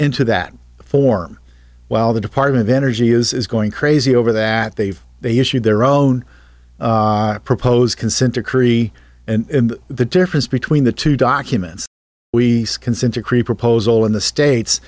into that form while the department of energy is going crazy over that they've they issued their own proposed consent decree and the difference between the two documents we consent decree proposal in the states